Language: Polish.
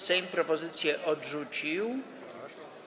Sejm propozycję odrzucił.